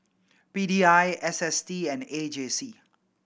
P D I S S T and A J C